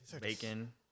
bacon